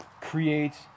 creates